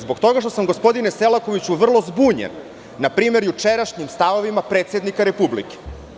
Zbog toga što sam, gospodine Selakoviću, vrlo zbunjen, na primer, jučerašnjim stavovima predsednika Republike.